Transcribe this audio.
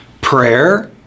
prayer